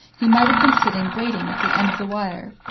he might have been sitting waiting at the end of the wire,